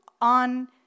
on